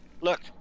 Look